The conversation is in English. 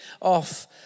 off